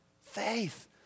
faith